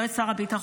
יועץ שר הביטחון,